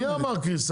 מי אמר קריסה?